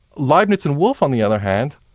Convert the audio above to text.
leibniz and wolff, on the other hand,